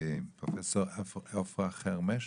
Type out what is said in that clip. פרופסור עופרה חרמש,